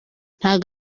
ntago